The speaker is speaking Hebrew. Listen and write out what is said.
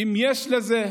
אם יש לזה,